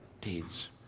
deeds